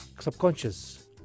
subconscious